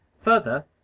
Further